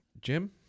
Jim